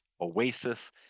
Oasis